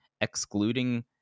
excluding